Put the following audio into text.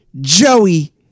Joey